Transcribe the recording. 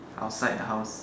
outside the house